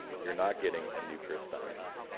you're not getting a new chris steinhauser.